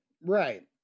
right